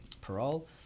parole